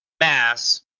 mass